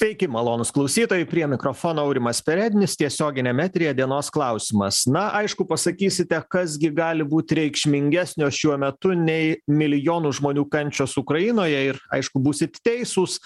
sveiki malonūs klausytojai prie mikrofono aurimas perednis tiesioginiame eteryje dienos klausimas na aišku pasakysite kas gi gali būt reikšmingesnio šiuo metu nei milijonų žmonių kančios ukrainoje ir aišku būsit teisūs